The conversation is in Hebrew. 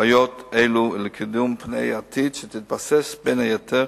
בעיות אלו ולקידום פני העתיד, שתתבסס, בין היתר,